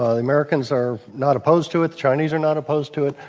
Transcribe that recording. ah americans are not opposed to it. the chinese are not opposed to it.